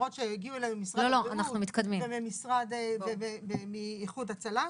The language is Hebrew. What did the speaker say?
הערות שהגיעו אלינו ממשרד הבריאות ואיחוד הצלה.